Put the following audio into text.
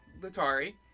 Latari